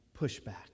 pushback